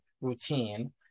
routine